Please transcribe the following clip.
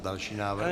Další návrh.